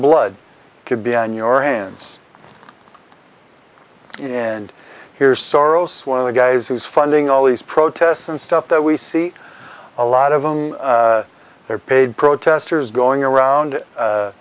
blood could be on your hands in and here's soros one of the guys who's funding all these protests and stuff that we see a lot of them they're paid protesters going around